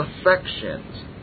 affections